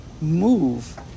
move